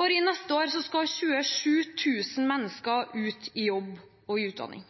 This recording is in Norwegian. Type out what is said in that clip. Bare neste år skal 27 000 mennesker ut i jobb og utdanning.